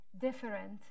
different